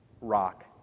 rock